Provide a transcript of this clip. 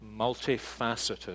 multifaceted